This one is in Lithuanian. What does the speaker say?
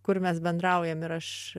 kur mes bendraujam ir aš